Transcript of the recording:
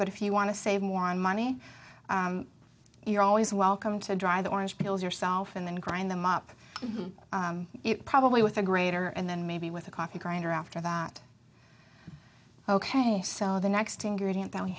but if you want to save more money you're always welcome to dry the orange bills yourself and then grind them up it probably with a greater and then maybe with a coffee grinder after that ok so the next ingredient that we